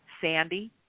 Sandy